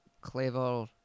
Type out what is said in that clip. clever